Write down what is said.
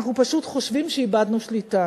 אנחנו פשוט חושבים שאיבדנו שליטה,